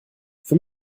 für